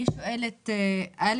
לא